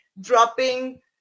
dropping